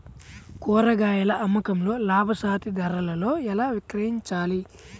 కూరగాయాల అమ్మకంలో లాభసాటి ధరలలో ఎలా విక్రయించాలి?